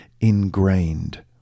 ingrained